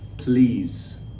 Please